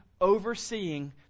overseeing